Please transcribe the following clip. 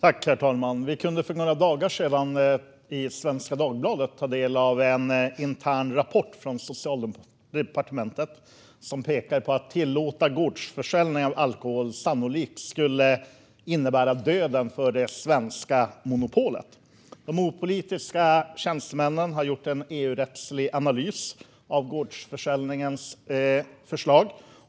Herr talman! Vi kunde för några dagar sedan i Svenska Dagbladet ta del av en intern rapport från Socialdepartementet. Den pekar på att tillåtelse av gårdsförsäljning av alkohol sannolikt skulle innebära döden för det svenska alkoholmonopolet. De opolitiska tjänstemännen har gjort en EU-rättslig analys av förslaget om gårdsförsäljning.